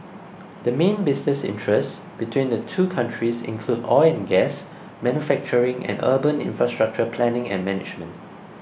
the main business interests between the two countries include oil and gas manufacturing and urban infrastructure planning and management